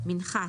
"מנחת",